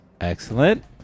Excellent